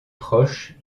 proche